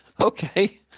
Okay